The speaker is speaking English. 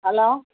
hello